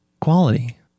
quality